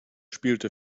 spielte